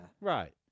Right